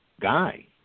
guy